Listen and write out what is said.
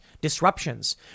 disruptions